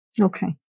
Okay